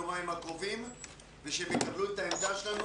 יומיים הקרובים ושהם יקבלו את העמדה שלנו,